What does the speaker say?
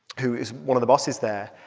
who is one of the bosses there,